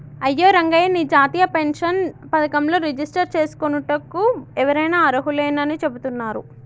అయ్యో రంగయ్య నీ జాతీయ పెన్షన్ పథకంలో రిజిస్టర్ చేసుకోనుటకు ఎవరైనా అర్హులేనని చెబుతున్నారు